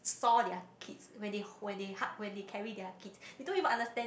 saw their kids when they when they hug when they carry their kids they don't even understand